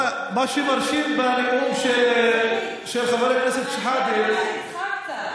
מה שמרשים בנאום של חבר כנסת שחאדה, נצחק קצת.